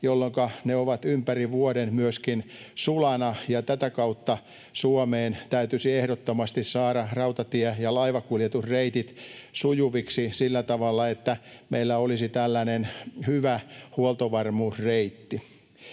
jolloinka ne ovat ympäri vuoden myöskin sulana, ja tätä kautta Suomeen täytyisi ehdottomasti saada rautatie- ja laivankuljetusreitit sujuviksi sillä tavalla, että meillä olisi tällainen hyvä huoltovarmuusreitti.